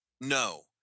No